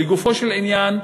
לגופו של עניין,